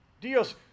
Dios